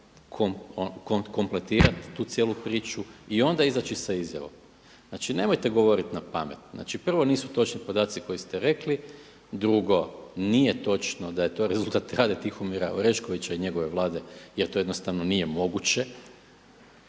kompletirati tu cijelu priču i onda izaći sa izjavom. Znači, nemojte govoriti napamet. Znači, prvo nisu točni podaci koje ste rekli. Drugo, nije točno da je to rezultat rada Tihomira Oreškovića i njegove Vlade, jer to jednostavno nije moguće.